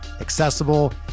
accessible